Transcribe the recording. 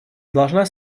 должна